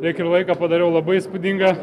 lyg ir laiką padariau labai įspūdingą